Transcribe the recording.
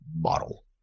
model